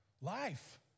Life